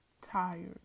Tired